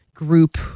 Group